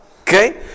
Okay